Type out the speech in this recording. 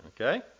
Okay